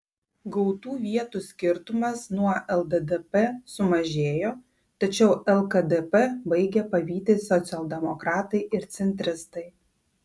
gautų vietų skirtumas nuo lddp sumažėjo tačiau lkdp baigia pavyti socialdemokratai ir centristai